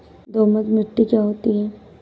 दोमट मिट्टी क्या होती हैं?